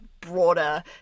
broader